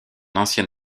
ancien